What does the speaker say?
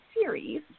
series